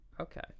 Okay